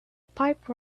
pipe